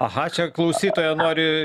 aha čia klausytoją nori